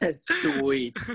Sweet